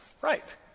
Right